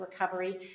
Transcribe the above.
recovery